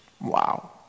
wow